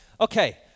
Okay